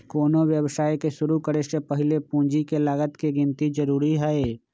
कोनो व्यवसाय के शुरु करे से पहीले पूंजी के लागत के गिन्ती जरूरी हइ